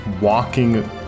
walking